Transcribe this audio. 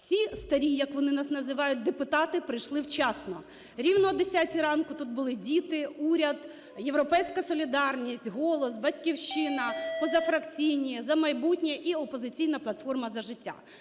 Всі "старі", як вони нас називають, депутати прийшли вчасно. Рівно о 10 ранку тут були діти, уряд, "Європейська солідарність", "Голос", "Батьківщина", позафракційні, "За майбутнє" і "Опозиційна платформа - За життя".